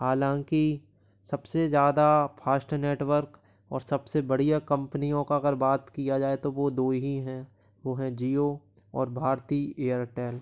हालाँकि सबसे ज्यादा फास्ट नेटवर्क और सबसे बढ़िया कम्पनियों का अगर बात किया जाए तो वो दो ही हैं वो हैं जियो और भारती एयरटेल